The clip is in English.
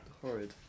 Horrid